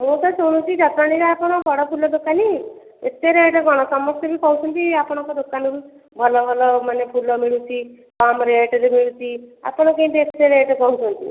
ମୁଁ ତ ଶୁଣୁଛି ଜଟଣୀରେ ଆପଣ ବଡ଼ ଫୁଲ ଦୋକାନୀ ଏତେ ରେଟ କଣ ସମସ୍ତେ ବି କହୁଛନ୍ତି ଆପଣଙ୍କ ଦୋକାନରୁ ଭଲ ଭଲ ମାନେ ଫୁଲ ମିଳୁଛି କମ ରେଟରେ ମିଳୁଛି ଆପଣ କେମିତି ଏତେ ରେଟ କହୁଛନ୍ତି